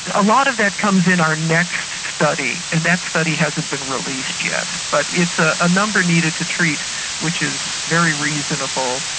a lot of that comes in our next study. and that study hasn't been released yet. but it's ah a number needed to treat which is very reasonable.